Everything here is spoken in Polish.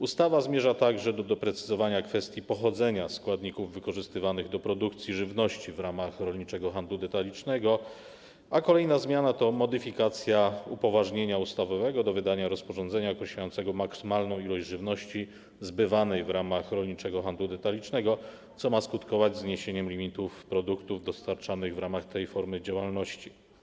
Ustawa zmierza także do doprecyzowania kwestii pochodzenia składników wykorzystywanych do produkcji żywności w ramach rolniczego handlu detalicznego, a kolejna zmiana to modyfikacja upoważnienia ustawowego do wydania rozporządzenia dotyczącego posiadania maksymalnej ilości żywności zbywanej w ramach rolniczego handlu detalicznego, co ma skutkować zniesieniem limitów produktów dostarczanych w ramach tej formy działalności.